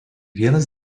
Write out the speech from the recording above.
vienas